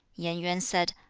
yen yuan said,